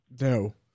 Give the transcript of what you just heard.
No